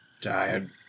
tired